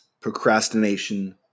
procrastination